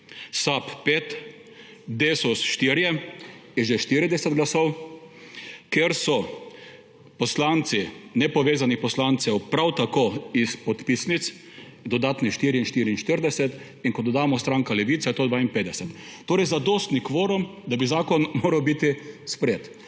SAB 5, Desus 4, je že 40 glasov, ker so poslanci nepovezanih poslancev prav tako iz podpisnic, dodatni 4 glasovi, je 44, in ko dodamo stranko Levica, je to 52. Torej zadostni kvorum, da bi zakon moral biti sprejet.